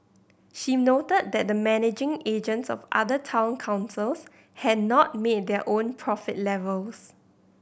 she noted that the managing agents of other town councils had not made their own profit levels